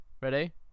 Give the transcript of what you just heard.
Ready